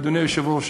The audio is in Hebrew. אדוני היושב-ראש,